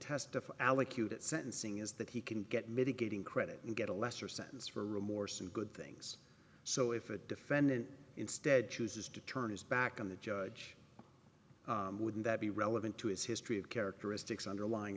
testify allocute at sentencing is that he can get mitigating credit and get a lesser sentence for remorse and good things so if the defendant instead chooses to turn his back on the judge wouldn't that be relevant to his history of characteristics underlying